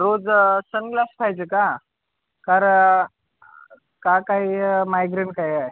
रोज sunglass पाहिजे का कारण का काही मायग्रेन काही आहे